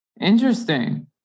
Interesting